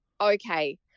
Okay